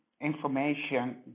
information